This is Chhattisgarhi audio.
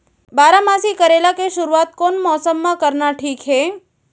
बारामासी करेला के शुरुवात कोन मौसम मा करना ठीक हे?